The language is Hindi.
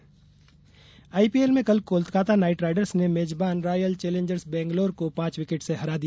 आईपीएल आईपीएल में कल कोलकाता नाइट राइडर्स ने मेजबान रॉयल चेलेजर्स बैंगलोर को पांच विकेट से हरा दिया